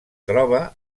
troba